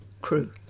crew